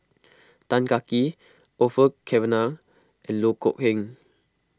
Tan Kah Kee Orfeur Cavenagh and Loh Kok Heng